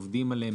עובדים עליהם,